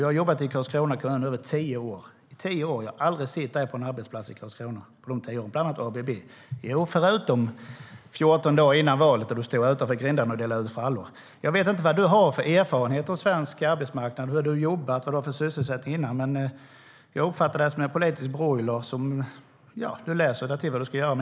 Jag har jobbat i Karlskrona kommun i över tio år, men jag har aldrig sett dig på någon arbetsplats i Karlskrona, Magnus Manhammar, inte heller på ABB, förutom 14 dagar före valet, då du stod utanför grindarna och delade ut frallor. Jag vet inte vad du har för erfarenhet av svensk arbetsmarknad, hur du jobbat och vad du haft för sysselsättning, men jag uppfattar dig som en politisk broiler som läser dig till vad du ska göra.